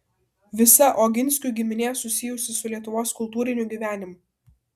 visa oginskių giminė susijusi su lietuvos kultūriniu gyvenimu